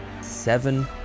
seven